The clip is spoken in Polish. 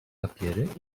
papiery